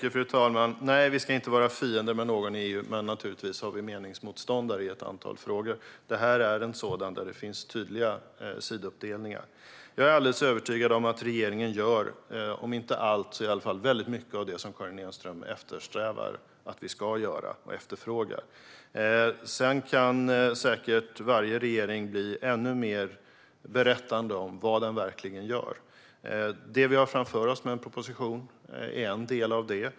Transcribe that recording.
Fru talman! Nej, vi ska inte vara fiender med någon i EU, men naturligtvis har vi meningsmotståndare i ett antal frågor. Det här är en sådan, där det finns tydliga siduppdelningar. Jag är alldeles övertygad om att regeringen gör om inte allt så i alla fall väldigt mycket av det som Karin Enström efterfrågar. Sedan kan säkert varje regering bli ännu mer berättande om vad den verkligen gör. Den proposition vi nu har framför oss är en del av det.